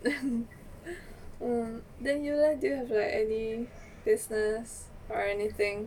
then you leh do you have like any business or anything